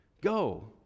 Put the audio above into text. go